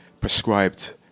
prescribed